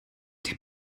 der